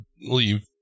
leave